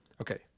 Okay